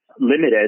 limited